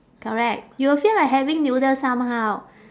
correct you will feel like having noodle somehow